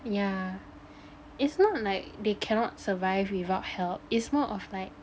yeah it's not like they cannot survive without help it's more of like